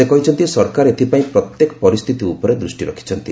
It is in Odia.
ସେ କହିଛନ୍ତି ସରକାର ଏଥିପାଇଁ ପ୍ରତ୍ୟେକ ପରିସ୍ଥିତି ଉପରେ ଦୃଷ୍ଟି ରଖିଛନ୍ତି